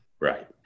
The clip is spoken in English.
Right